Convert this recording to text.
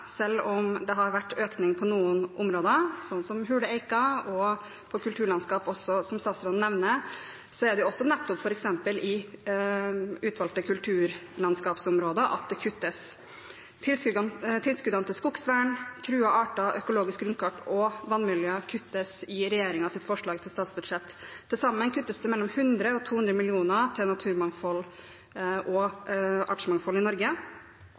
selv om det har vært økning på noen områder, som hule eiker og kulturlandskap. Som statsråden nevner, er det nettopp f.eks. i utvalgte kulturlandskapsområder at det kuttes. Tilskuddene til skogvern, truede arter, økologisk grunnkart og vannmiljø kuttes i regjeringens forslag til statsbudsjett. Til sammen kuttes det mellom 100 og 200 mill. kr til naturmangfold og artsmangfold i Norge.